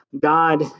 God